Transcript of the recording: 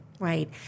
Right